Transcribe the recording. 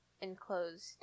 enclosed